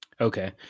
Okay